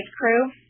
crew